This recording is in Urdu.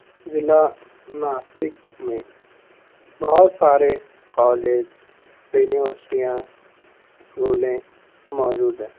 ضلع ناسک میں بہت سارے کالج یونیوسٹیاں اسکولیں موجود ہیں